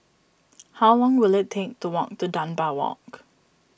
how long will it take to walk to Dunbar Walk